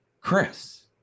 chris